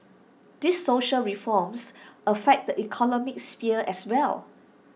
these social reforms affect the economic sphere as well